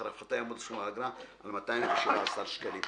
לאחר ההפחתה יעמוד סכום האגרה על 217 ₪.